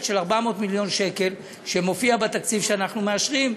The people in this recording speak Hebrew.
של 400 מיליון שקל שמופיעים בתקציב שאנחנו מאשרים.